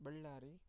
Ballari